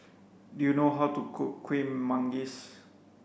do you know how to cook Kueh Manggis